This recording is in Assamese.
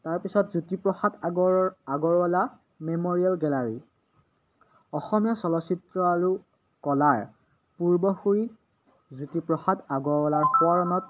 তাৰপিছত জ্যোতিপ্ৰসাদ আগৰ আগৰৱালা মেম'ৰিয়েল গেলাৰী অসমীয়া চলচ্চিত্ৰ আৰু কলাৰ পূৰ্বসূৰী জ্যোতিপ্ৰসাদ আগৰৱালাৰ সোঁৱৰণত